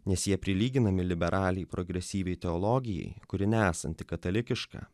nes jie prilyginami liberaliai progresyviai teologijai kuri nesanti katalikiška